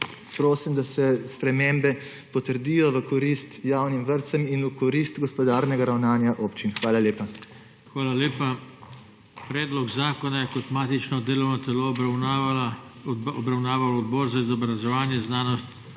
prosim, da se spremembe potrdijo v korist javnim vrtcem in v korist gospodarnega ravnanja občin. Hvala lepa. PODPREDSEDNIK JOŽE TANKO: Hvala lepa. Predlog zakona je kot matično delovno telo obravnaval Odbor za izobraževanje, znanost,